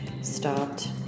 stopped